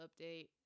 update